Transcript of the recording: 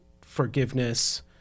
forgiveness